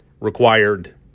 required